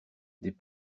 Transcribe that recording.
des